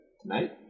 tonight